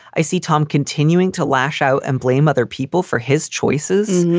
i see tom continuing to lash out and blame other people for his choices.